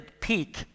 peak